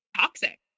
toxic